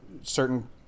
certain